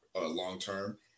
long-term